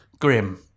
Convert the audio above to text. Grim